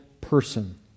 person